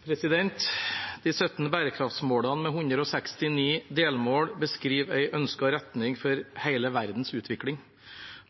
De 17 bærekraftsmålene med 169 delmål beskriver en ønsket retning for hele verdens utvikling.